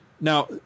now